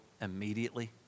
immediately